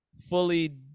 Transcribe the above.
fully